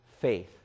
faith